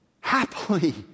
Happily